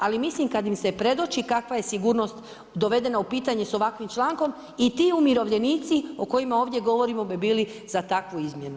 Ali mislim kada im se predoči kakva je sigurnost dovedena u pitanje sa ovakvim člankom i ti umirovljenici o kojima ovdje govorimo bi bili za takvu izmjenu.